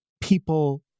people